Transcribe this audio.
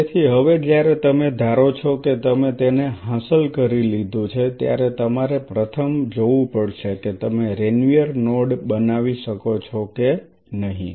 તેથી હવે જ્યારે તમે ધારો છો કે તમે તેને હાંસલ કરી લીધું છે ત્યારે તમારે પ્રથમ જોવું પડશે કે તમે રેનવીયર નોડ બનાવી શકો છો કે નહીં